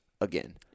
again